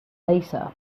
later